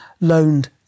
loaned